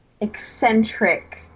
eccentric